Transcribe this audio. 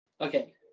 Okay